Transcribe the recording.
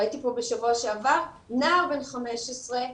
ראיתי פה בשבוע שעבר נער בן 15,